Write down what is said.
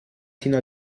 sino